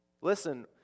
Listen